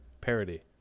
parody